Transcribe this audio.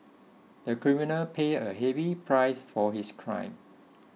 the criminal paid a heavy price for his crime